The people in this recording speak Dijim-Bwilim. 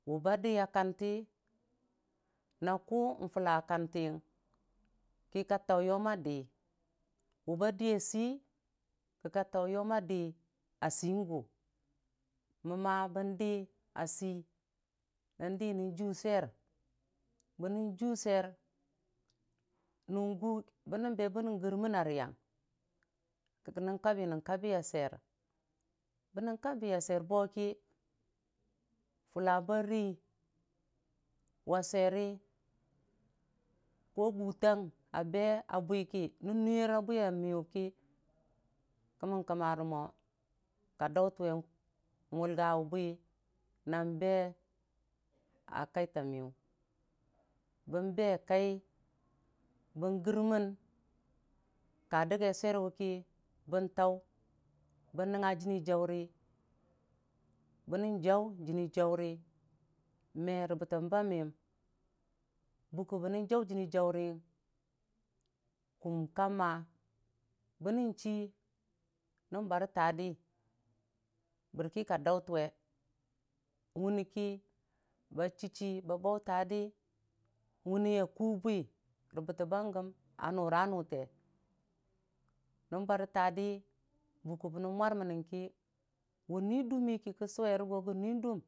Wʊba diya kante na kʊ fulla kanti yəng ki ka tau yom madii wʊba dəyasei ki ka tau yomma dii a sagʊ məma bən dii sei nən dii nən ju swer bə nən jʊsweir nən gu bənən be bənən gərməna rəyang ki kənən kabiya sweir bənnən kwabiya sweir bə ki fulla ba ro wa sweiri gu tang abe a bwiki nən nuiyara bwi yamiyʊ ki kəmmən kəmmari mo ka dautən we n'wʊlgawe bwi nan be a kaita miyʊ bən be kai biu gərmən ka dəkgai sweir wʊki bell tau bənnəngng jənni jauri bənən jau jənni jauri merə bətəm ba miyom bʊkə bənən jau jənni jauri ən kum kamaa bənnən chi nən bar taa di bərki ka dautən we wuni ki ba chi- chi bautadii wunne a ku bwi rə bətəmba gəm a nuru nʊte nən bare taadi bukə bənən mwar mənɨng ki wʊni dʊmini ki.